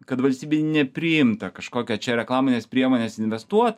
kad valstybei nepriimta kažkokią čia reklamines priemones investuot